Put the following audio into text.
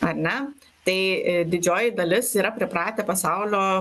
ar ne tai į didžioji dalis yra pripratę pasaulio